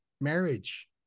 marriage